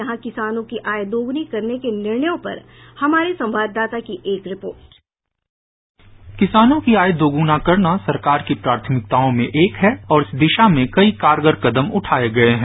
यहां किसानों की आय दोगुनी करने के निर्णयों पर हमारे संवाददाता की एक रिपोर्ट बाईट संवाददाता किसानों की आय दोगुना करना सरकार की प्राथमिकताओं में एक है और इस दिशा में कई कारगर कदम उठाए गए हैं